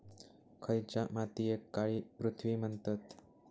खयच्या मातीयेक काळी पृथ्वी म्हणतत?